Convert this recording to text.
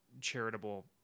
charitable